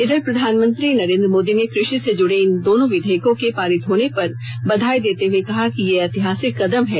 इधर प्रधानमंत्री नरेन्द्र मोदी ने कृषि से जुड़े इन दोनों विधेयकों के पारित होने पर बधाई देते हुये कहा कि यह ऐतिहासिक कदम है